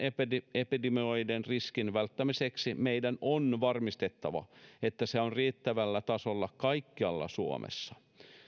epidemioiden riskin välttämiseksi meidän on varmistettava että se on riittävällä tasolla kaikkialla suomessa